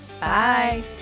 Bye